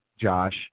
josh